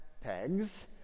pegs